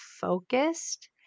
focused